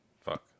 fuck